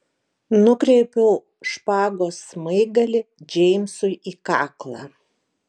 nukreipiau špagos smaigalį džeimsui į kaklą